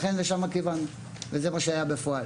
לשם כיוונו וזה מה שהיה בפועל.